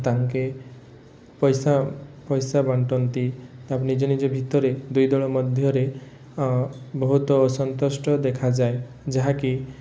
ତାଙ୍କେ ପଇସା ପଇସା ବାଣ୍ଟନ୍ତି ତା ପରେ ନିଜନିଜ ଭିତରେ ଦୁଇଦଳ ମଧ୍ୟରେ ବହୁତ ଅସନ୍ତୁଷ୍ଟ ଦେଖାଯାଏ ଯାହାକି